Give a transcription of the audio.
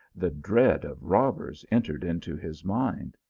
the dread of robbers entered into his mind.